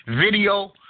video